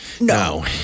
No